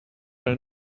ran